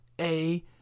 A-